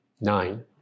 Nine